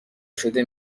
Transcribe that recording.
شده